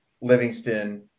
Livingston